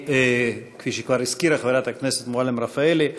כפי שכבר הזכירה חברת הכנסת מועלם-רפאלי,